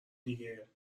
دیگه